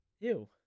Ew